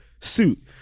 suit